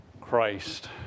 Christ